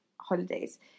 holidays